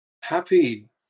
Happy